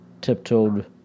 tiptoed